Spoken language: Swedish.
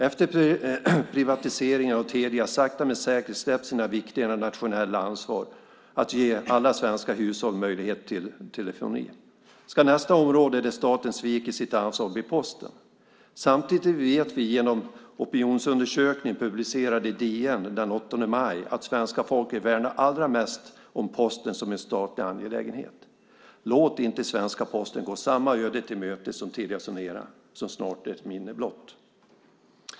Efter privatiseringen har Telia sakta men säkert släppt sitt viktiga nationella ansvar att ge alla svenska hushåll möjlighet till telefoni. Ska nästa område där staten sviker sitt ansvar bli Posten? Samtidigt vet vi genom en opinionsundersökning publicerad i DN den 8 maj att svenska folket värnar allra mest om Posten som en statlig angelägenhet. Låt inte svenska Posten gå samma öde till mötes som Telia Sonera som snart är ett minne blott.